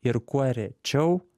ir kuo rečiau